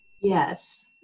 Yes